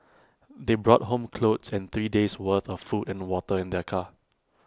they brought home clothes and three days' worth of food and water in their car